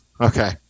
Okay